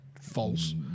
false